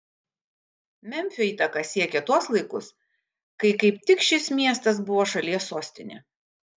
memfio įtaka siekė tuos laikus kai kaip tik šis miestas buvo šalies sostinė